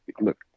look